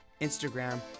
Instagram